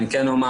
אני כן אומר,